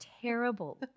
terrible